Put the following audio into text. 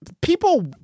people